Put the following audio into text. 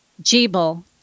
Jebel